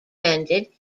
ended